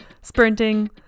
Sprinting